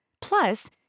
Plus